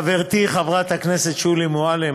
חברתי חברת הכנסת שולי מועלם,